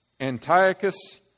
Antiochus